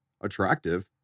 attractive